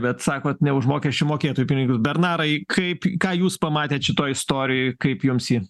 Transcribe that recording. bet sakot ne už mokesčių mokėtojų pinigus bernarai kaip ką jūs pamatėt šitoj istorijoj kaip jums ji